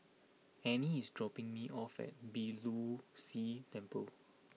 Anne is dropping me off at Beeh Low See Temple